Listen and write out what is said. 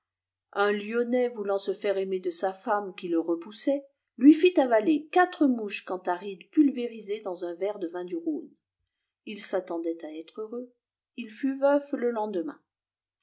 un lyonnais voulant se faiare aiwer de sa femme qui le re pmissibl y lui fit ayaler quatre mouches rantharides puiyrisées dans mx mnt riir du bm il s'attedait à être heureux il fut veuf le lendemain